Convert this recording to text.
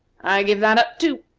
i give that up, too,